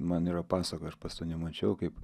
man yra pasakoję aš pats to nemačiau kaip